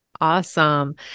Awesome